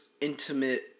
intimate